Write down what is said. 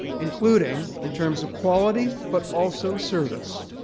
including in terms of quality but also service.